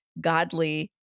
godly